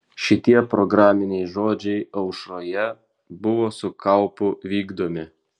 šitie programiniai žodžiai aušroje buvo su kaupu vykdomi